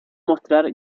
mostrar